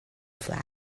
flag